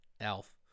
Elf